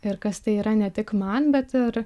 ir kas tai yra ne tik man bet ir